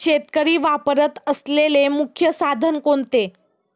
शेतकरी वापरत असलेले मुख्य साधन कोणते?